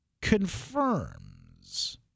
confirms